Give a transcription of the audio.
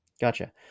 Gotcha